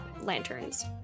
lanterns